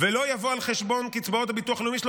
ולא יבוא על חשבון קצבאות הביטוח הלאומי שלו,